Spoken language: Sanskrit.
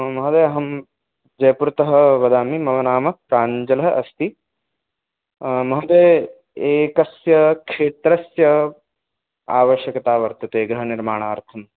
महोदय अहं जयपुरतः वदामि मम नाम प्राञ्जलः अस्ति महोदय एकस्य क्षेत्रस्य आवश्यकता वर्तते गृहनिर्माणार्थं